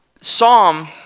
Psalm